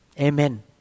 Amen